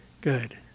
good